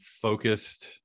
focused